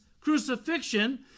crucifixion